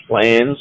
plans